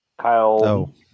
Kyle